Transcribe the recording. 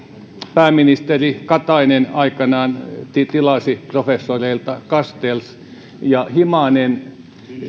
pääministeri katainen aikanaan tilasi professoreilta castells ja himanen